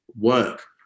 work